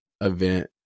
event